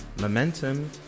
Momentum